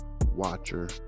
watcher